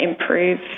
improve